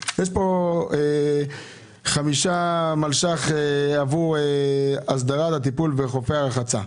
כאן 5 מיליון שקלים עבור הסדרת הטיפול בחופי הרחצה.